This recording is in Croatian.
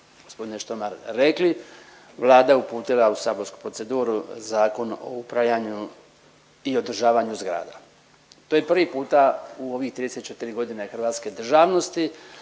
sami g. Štromar rekli Vlada je uputila u saborsku proceduru Zakon o upravljanju i održavanju zgrada. To je prvi puta u ovih 34 godine hrvatske državnosti